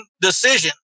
decision